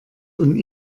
und